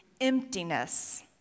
emptiness